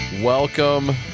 welcome